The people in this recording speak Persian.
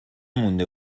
مونده